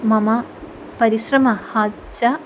मम परिश्रमः च